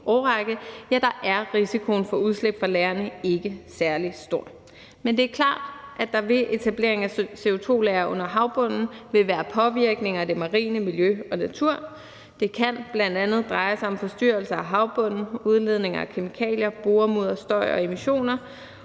årrække, at risikoen for udslip fra lagrene ikke er særlig stor. Men det er klart, at der ved etablering af CO2-lagre under havbunden vil være påvirkning af det marine miljø og den marine natur. Det kan bl.a. dreje sig om forstyrrelser af havbunden, udledning af kemikalier, boremudder, støj og emissioner.